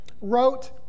wrote